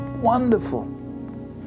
wonderful